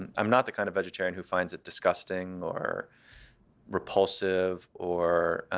and i'm not the kind of vegetarian who finds it disgusting or repulsive or